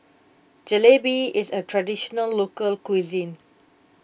Jalebi is a Traditional Local Cuisine